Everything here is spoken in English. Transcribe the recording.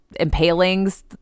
Impalings